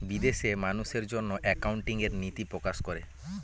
বিদেশে মানুষের জন্য একাউন্টিং এর নীতি প্রকাশ করে